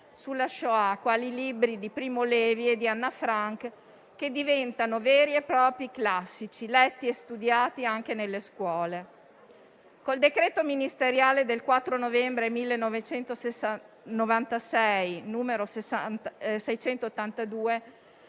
sulla *shoah*, quali i libri di Primo Levi e Anna Frank, che diventano veri e propri classici letti e studiati anche nelle scuole. Col decreto ministeriale del 4 novembre 1996 n. 682